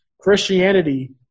Christianity